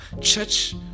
Church